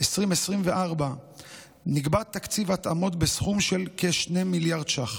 2024 נקבע תקציב התאמות בסכום של כ-2 מיליארד ש"ח.